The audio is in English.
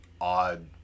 odd